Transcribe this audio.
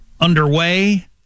underway